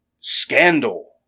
scandal